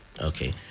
Okay